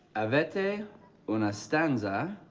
a veti una stanza,